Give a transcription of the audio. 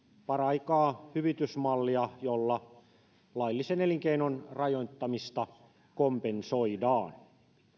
paraikaa hyvitysmallia jolla laillisen elinkeinon rajoittamista kompensoidaan